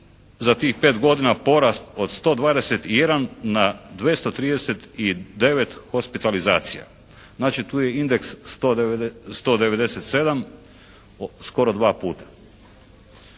za tih pet godina porast od 121 na 239 hospitalizacija." Znači, tu je indeks 197 skoro dva puta.